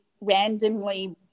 randomly